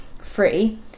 free